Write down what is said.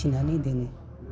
थिनानै दोनो